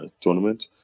tournament